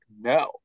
no